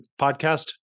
Podcast